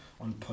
on